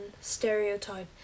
stereotype